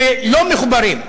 שלא מחוברות לחשמל.